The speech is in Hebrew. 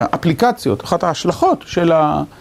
אפליקציות, אחת ההשלכות של ה...